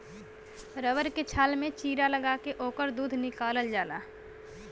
rubber के छाल में चीरा लगा के ओकर दूध निकालल जाला